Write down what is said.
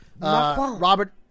Robert